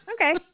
Okay